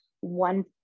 one